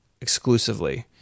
exclusively